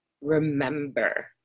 remember